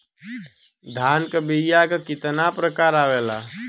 धान क बीया क कितना प्रकार आवेला?